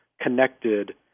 connected